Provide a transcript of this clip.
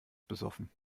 besoffen